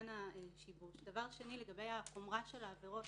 דבר שני, לגבי החומרה של העבירות